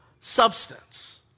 substance